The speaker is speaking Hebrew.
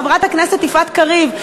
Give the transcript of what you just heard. חברת הכנסת יפעת קריב,